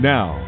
Now